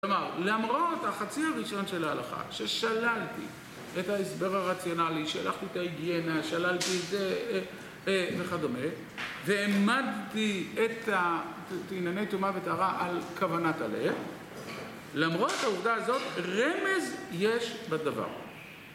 כלומר, למרות החצי הראשון של ההלכה, כששללתי את ההסבר הרציונלי, שלחתי את ההיגיינה, שללתי את זה, וכדומה, והעמדתי את הענייני טומאה וטהרה על כוונת הלב, למרות העובדה הזאת, רמז יש בדבר.